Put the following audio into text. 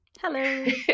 Hello